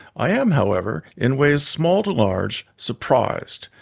i am, however, in ways small to large surprised,